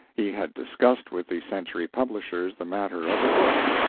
he had discussed with the century publishers the matter of a book.